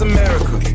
America